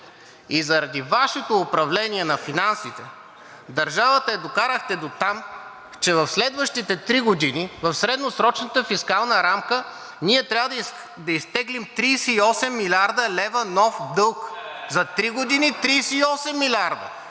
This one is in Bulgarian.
И заради Вашето управление на финансите държавата я докарахте дотам, че в следващите три години в средносрочната фискална рамка ние трябва да изтеглим 38 млрд. лв. нов дълг за три години – 38 млрд.